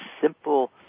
simple